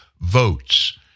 votes